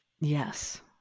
Yes